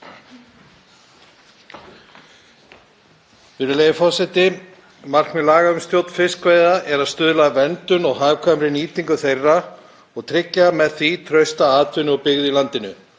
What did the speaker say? Virðulegi forseti. Markmið laga um stjórn fiskveiða er að stuðla að verndun og hagkvæmri nýtingu þeirra og tryggja með því trausta atvinnu og byggð í landinu.